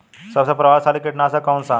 सबसे प्रभावशाली कीटनाशक कउन सा ह?